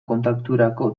kontakturako